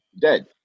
dead